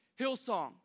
Hillsong